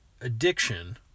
addiction